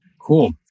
Cool